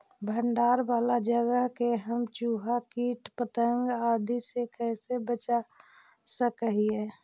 भंडार वाला जगह के हम चुहा, किट पतंग, आदि से कैसे बचा सक हिय?